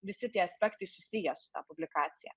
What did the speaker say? visi tie aspektai susiję su ta publikacija